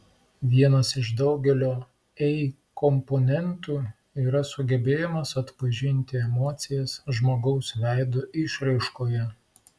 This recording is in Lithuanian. vienas iš daugelio ei komponentų yra sugebėjimas atpažinti emocijas žmogaus veido išraiškoje